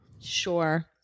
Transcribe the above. Sure